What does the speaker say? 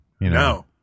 No